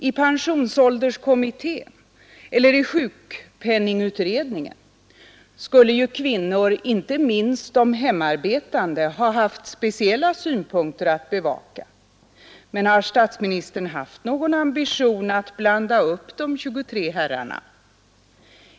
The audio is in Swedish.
I pensionsålderskommittén eller i sjukpenningutredningen skulle ju kvinnor, inte minst de hemarbetande, ha haft speciella synpunkter att bevaka. Men har statsministern haft någon ambition att blanda upp de 23 herrarna?